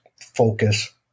focus